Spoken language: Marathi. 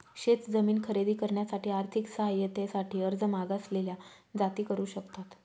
शेत जमीन खरेदी करण्यासाठी आर्थिक सहाय्यते साठी अर्ज मागासलेल्या जाती करू शकतात